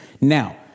now